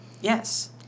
Yes